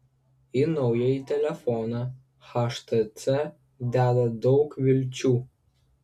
į naująjį telefoną htc deda daug vilčių